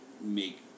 make